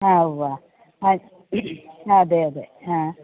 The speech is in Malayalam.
ആ ഉവ്വ് ആ അതെ അതെ ആ